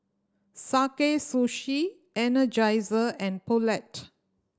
Sakae Sushi Energizer and Poulet